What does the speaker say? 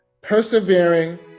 persevering